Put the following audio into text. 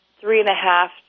three-and-a-half